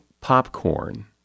popcorn